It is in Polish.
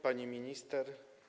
Pani Minister!